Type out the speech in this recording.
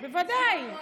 בוודאי.